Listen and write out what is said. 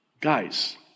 Guys